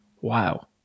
Wow